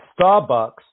Starbucks